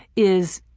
is,